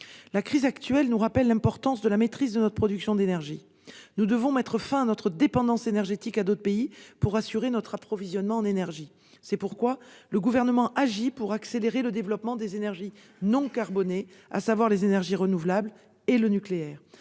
La crise actuelle nous rappelle l'importance de la maîtrise de notre production d'énergie. Nous devons mettre fin à notre dépendance énergétique vis-à-vis d'autres pays. C'est pourquoi le Gouvernement agit pour accélérer le développement des énergies non carbonées, à savoir les énergies renouvelables et l'énergie nucléaire.